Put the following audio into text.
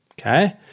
Okay